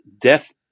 Death